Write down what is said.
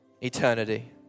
eternity